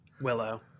Willow